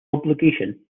obligation